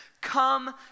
come